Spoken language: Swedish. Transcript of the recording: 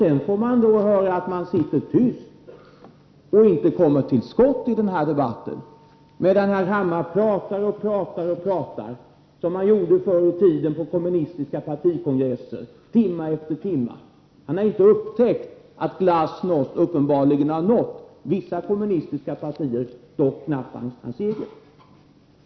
Sedan får jag då höra att jag sitter tyst och inte kommer till skott i den här debatten, medan herr Hammar pratar och pratar och pratar, som man gjorde förr i tiden på kommunistiska partikongresser timme efter timme. Han har inte upptäckt att glasnost uppenbarligen har nått vissa kommunistiska partier, dock knappast hans eget.